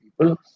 people